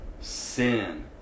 Sin